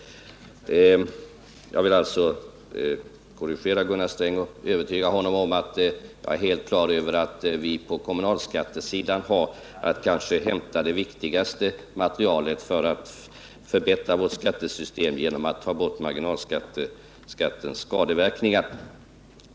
Jag vill alltså korrigera Gunnar Sträng och försöka övertyga honom om att jag är helt klar över att vi på kommunalskattesidan kanske har att hämta det viktigaste materialet för att förbättra vårt skattesystem genom att ta bort marginalskattens skadeverkningar.